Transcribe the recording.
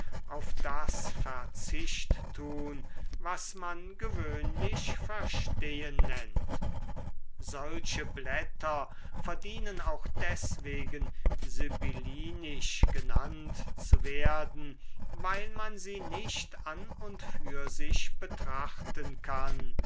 auf das verzicht tun was man gewöhnlich verstehen nennt solche blätter verdienen auch deswegen sibyllinisch genannt zu werden weil man sie nicht an und für sich betrachten kann